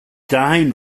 dahin